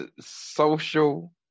social